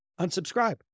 unsubscribe